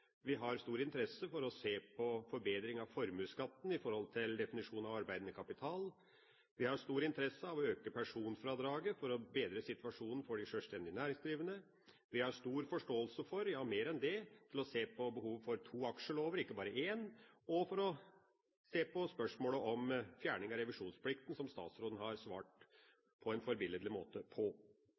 Vi har stor interesse for å se på forbedring av formuesskatten i forhold til definisjonen av arbeidende kapital. Vi har stor interesse av å øke personfradraget for å bedre situasjonen for de sjølstendig næringsdrivende. Vi har stor forståelse for – ja, mer enn det – å se på behovet for to aksjelover, ikke bare én, og for å se på spørsmålet om fjerning av revisjonsplikten, som statsråden har svart på på en forbilledlig måte.